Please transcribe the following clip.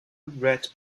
read